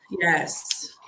Yes